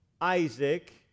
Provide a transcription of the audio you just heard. Isaac